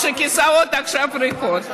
שהכיסאות עכשיו ריקים,